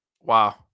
wow